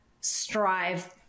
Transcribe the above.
strive